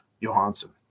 Johansson